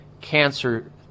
cancer